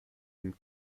and